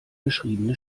beschriebene